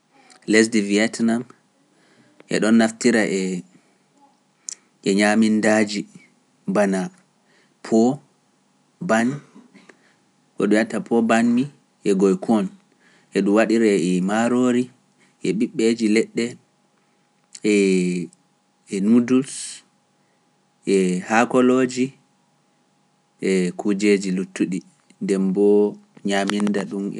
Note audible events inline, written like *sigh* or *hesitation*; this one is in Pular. *hesitation* Lesdi Vietnam e ɗon naftira e ñamindaaji bana pobañ ko ɗum yetta po bañmi e koye kon e ɗum waɗira e maaroori e ɓiɓɓeeji leɗɗe e e nudus e haakoloji e kujeeji luttuɗi nde mboo ñaminda ɗum e ɗum naftira e ñamindaaji banaa pobañ e ko hori.